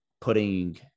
putting